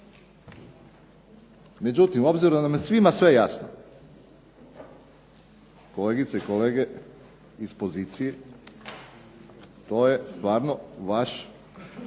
Međutim, obzirom da nam je svima sve jasno, kolegice i kolege iz pozicije, to je stvarno vaš